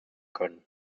können